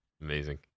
Amazing